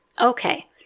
Okay